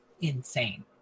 insane